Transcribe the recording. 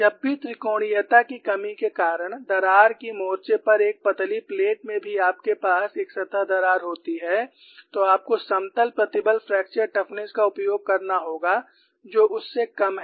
जब भी त्रिकोणीयता की कमी के कारण दरार की मोर्चे पर एक पतली प्लेट में भी आपके पास एक सतह दरार होती है तो आपको समतल प्रतिबल फ्रैक्चर टफनेस का उपयोग करना होगा जो उससे कम है